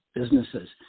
businesses